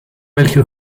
welche